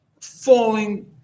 falling